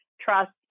trust